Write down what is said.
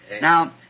Now